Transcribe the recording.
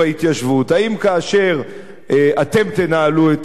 האם כאשר אתם תנהלו את המדינה,